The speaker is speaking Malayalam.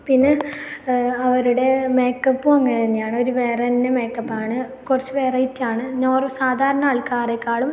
പിന്നെ അവരുടെ മേക്കപ്പും അങ്ങനെ തന്നെയാണ് ഒരു വേറെ തന്നെ മേക്കപ്പ് ആണ് കുറച്ച് വെറൈറ്റി ആണ് സാധാരണ ആൾക്കാരേക്കാളും